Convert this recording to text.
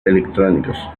electrónicos